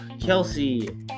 Kelsey